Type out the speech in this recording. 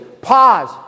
Pause